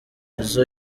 nizo